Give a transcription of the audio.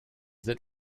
that